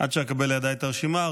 עד שאקבל לידי את הרשימה,